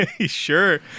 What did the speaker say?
Sure